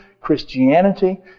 Christianity